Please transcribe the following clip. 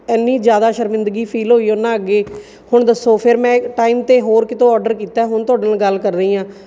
ਇੰਨੀ ਜ਼ਿਆਦਾ ਸ਼ਰਮਿੰਦਗੀ ਫੀਲ ਹੋਈ ਉਹਨਾਂ ਅੱਗੇ ਹੁਣ ਦੱਸੋ ਫਿਰ ਮੈਂ ਟਾਈਮ 'ਤੇ ਹੋਰ ਕਿਤੋਂ ਔਡਰ ਕੀਤਾ ਹੁਣ ਤੁਹਾਡੇ ਨਾਲ ਗੱਲ ਕਰ ਰਹੀ ਹਾਂ